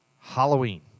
Halloween